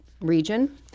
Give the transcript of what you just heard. region –